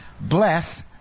Bless